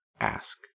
ask